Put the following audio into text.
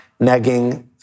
negging